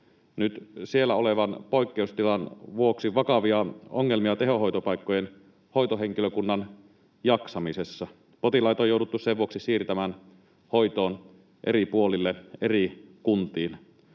nyt siellä olevan poikkeustilan vuoksi vakavia ongelmia tehohoitopaikkojen hoitohenkilökunnan jaksamisessa. Potilaita on jouduttu sen vuoksi siirtämään hoitoon eri puolille, eri kuntiin.